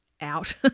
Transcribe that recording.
out